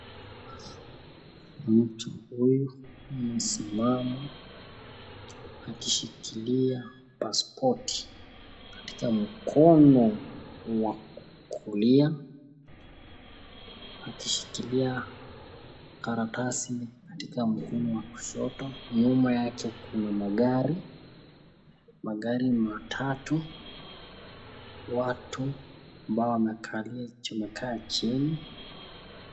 Mtu huyu amesimama akishika pasipoti katika mkono wa kulia akishikalia karatasi katika mkono wa kushoto nyuma yake kuna magari magari matatu, watu ambao wamekaa chini